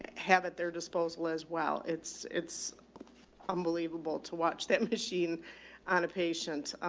have at their disposal as well. it's, it's unbelievable to watch that machine on a patient.